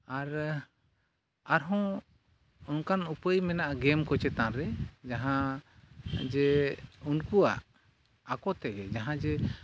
ᱟᱨ ᱟᱨᱦᱚᱸ ᱚᱱᱠᱟᱱ ᱩᱯᱟᱹᱭ ᱢᱮᱱᱟᱜᱼᱟ ᱜᱮᱢ ᱠᱚ ᱪᱮᱛᱟᱱᱨᱮ ᱡᱟᱦᱟᱸ ᱡᱮ ᱩᱱᱠᱩᱣᱟᱜ ᱟᱠᱚ ᱛᱮᱜᱮ ᱡᱟᱦᱟᱸ ᱡᱮ